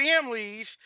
families